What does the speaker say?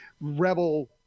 rebel